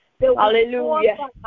Hallelujah